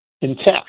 intact